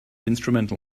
instrumental